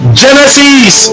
genesis